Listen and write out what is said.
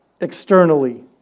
externally